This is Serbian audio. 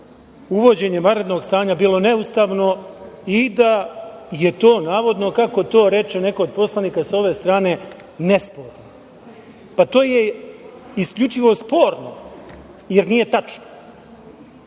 uvođenje vanrednog stanja bilo neustavno i da je to, navodno, kako to reče neko od poslanika s ove strane, nesporno. Pa, to je isključivo sporno, jer nije tačno. Ono